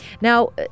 now